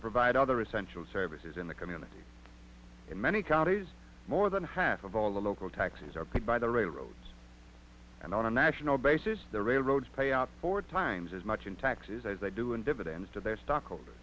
to provide other essential services in the community in many counties more than half of all the local taxes are paid by the railroads and on a national basis the railroads pay out four times as much in taxes as they do in dividends to their stockholders